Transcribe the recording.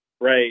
Right